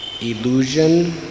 illusion